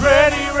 Ready